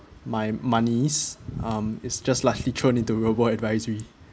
my money's um it's just largely thrown into robot advisory